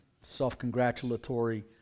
self-congratulatory